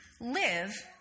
live